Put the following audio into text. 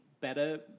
better